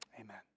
amen